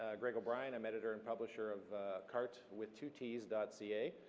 ah greg o'brien. i'm editor and publisher of cartt, with two ts, dot ca,